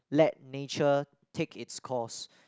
let nature take it's course